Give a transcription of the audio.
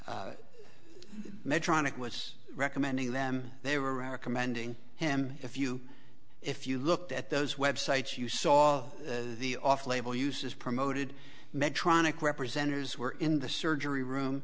medtronic was recommending them they were recommending him if you if you looked at those websites you saw the off label use is promoted medtronic representatives were in the surgery room